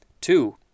Two